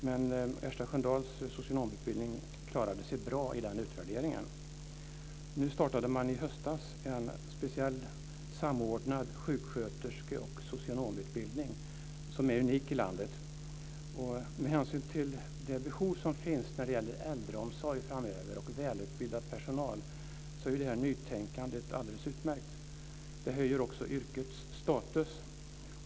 Men Ersta Sköndals socionomutbildning klarade sig bra i den utvärderingen. I höstas startade man en speciell samordnad sjuksköterske och socionomutbildning som är unik i landet. Med hänsyn till det behov som finns av välutbildad personal i äldreomsorgen framöver är det nytänkandet alldeles utmärkt. Det höjer också yrkets status.